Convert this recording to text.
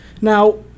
Now